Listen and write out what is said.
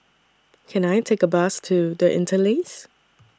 Can I Take A Bus to The Interlace